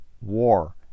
war